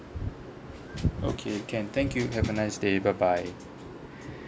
okay can thank you have a nice day bye bye